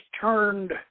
turned